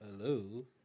Hello